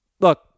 Look